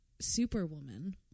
Superwoman